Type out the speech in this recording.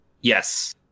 yes